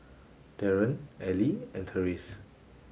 Darrin Allie and Terese